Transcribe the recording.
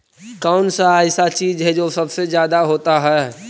कौन सा ऐसा चीज है जो सबसे ज्यादा होता है?